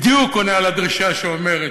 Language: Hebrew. בדיוק עונה על הדרישה שאומרת